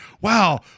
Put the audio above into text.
Wow